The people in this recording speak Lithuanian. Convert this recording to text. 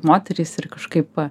moterys ir kažkaip